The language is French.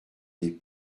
des